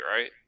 right